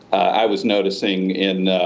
i was noticing in